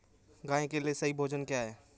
गाय के लिए सही भोजन क्या है?